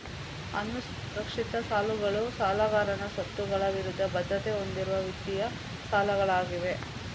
ಅಸುರಕ್ಷಿತ ಸಾಲಗಳು ಸಾಲಗಾರನ ಸ್ವತ್ತುಗಳ ವಿರುದ್ಧ ಭದ್ರತೆ ಹೊಂದಿರದ ವಿತ್ತೀಯ ಸಾಲಗಳಾಗಿವೆ